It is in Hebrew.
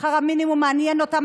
שכר המינימום מעניין אותם,